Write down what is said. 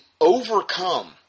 overcome